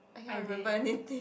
I did